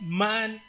man